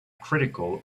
critical